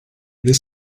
this